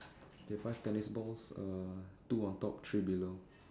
there are five tennis balls uh two on top three below